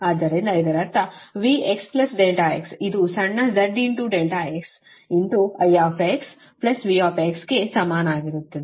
ಆದ್ದರಿಂದ ಇದರರ್ಥ V x ∆x ಇದು ಸಣ್ಣ z ∆x I V ಗೆ ಸಮಾನವಾಗಿರುತ್ತದೆ